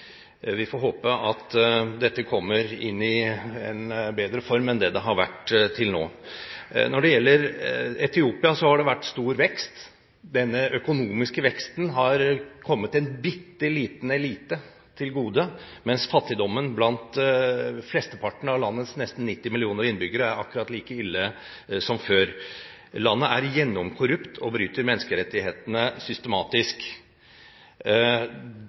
Vi får håpe at dette kommer inn i en bedre form enn det det har vært til nå. Når det gjelder Etiopia, har det vært stor vekst. Denne økonomiske veksten har kommet en bitte liten elite til gode, mens fattigdommen blant flesteparten av landets nesten 90 millioner innbyggere er akkurat like ille som før. Landet er gjennomkorrupt og bryter menneskerettighetene systematisk.